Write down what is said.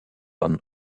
van